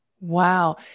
Wow